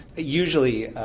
usually,